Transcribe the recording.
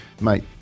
Mate